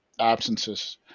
absences